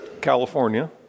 California